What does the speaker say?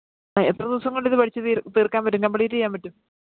ആ എത്ര ദിവസം കൊണ്ടിത് പഠിച്ച് തീര്ക്കാന് പറ്റും കംബ്ലീറ്റ് ചെയ്യാന് പറ്റും